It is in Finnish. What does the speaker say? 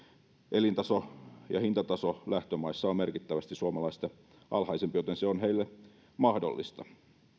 elintaso ja hintataso lähtömaissa ovat merkittävästi suomalaisia alhaisempia joten se on heille mahdollista